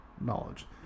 knowledge